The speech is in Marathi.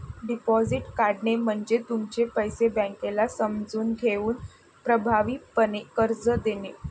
डिपॉझिट काढणे म्हणजे तुमचे पैसे बँकेला समजून घेऊन प्रभावीपणे कर्ज देणे